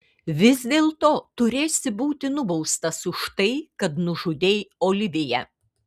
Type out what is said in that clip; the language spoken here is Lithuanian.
vis dėlto turėsi būti nubaustas už tai kad nužudei oliviją